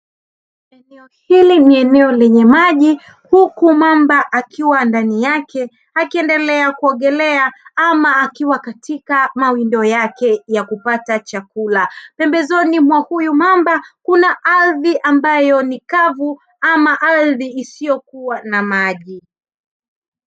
Eneo hili ni eneo lenye maji huku mamba akiwa ndani yake akiendelea kuogelea ama akiwa katika mawindo yake ya kupata chakula. Pembezoni mwa huyu mamba kuna ardhi ambayo ni kavu ama ardhi isiyokuwa na maji.